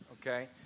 Okay